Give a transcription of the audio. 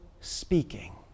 speaking